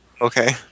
Okay